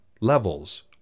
levels